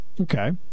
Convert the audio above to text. Okay